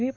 V